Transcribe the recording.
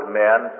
men